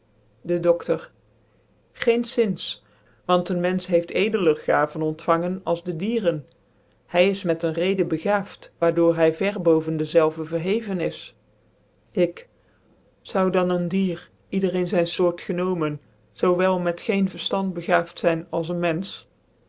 de doftor geenzins want een menfeh heeft edeler gaven ontfangen als de dieren hy is niet een reden bcgaaft waar door hy ver boven dezelve verheven is ik zou dan een dier ieder in zyn foort genomen zoowel met geen verftand begaaft zyn als een menfeh